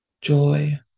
joy